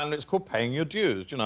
and it's called paying your dues. you know